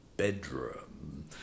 bedroom